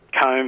comb